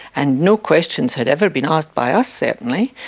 and no questions had ever been asked by us, certainly,